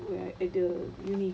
where in the uni